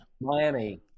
Miami